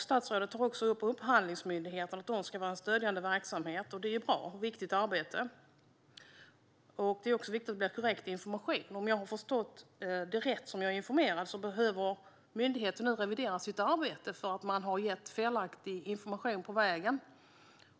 Statsrådet tar också upp att Upphandlingsmyndigheten ska vara en stödjande verksamhet, och det är ju ett bra och viktigt arbete. Det är också viktigt att det blir korrekt information. Om jag är rätt informerad och har förstått det rätt behöver myndigheten nu revidera sitt arbete, eftersom man har gett felaktig information på vägen.